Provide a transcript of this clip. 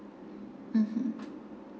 mmhmm